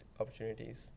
opportunities